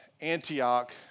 Antioch